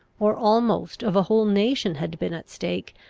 or almost of a whole nation had been at stake,